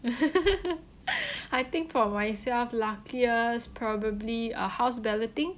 I think for myself luckiest probably a house balloting